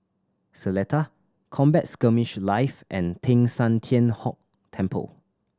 Seletar Combat Skirmish Live and Teng San Tian Hock Temple